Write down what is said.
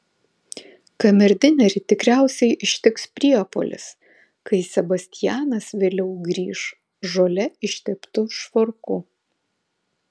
kamerdinerį tikriausiai ištiks priepuolis kai sebastianas vėliau grįš žole išteptu švarku